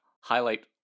highlight